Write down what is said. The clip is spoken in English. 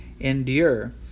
endure